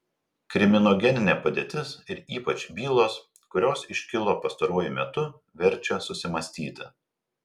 kriminogeninė padėtis ir ypač bylos kurios iškilo pastaruoju metu verčia susimąstyti